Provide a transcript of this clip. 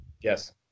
Yes